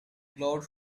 glowed